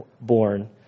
born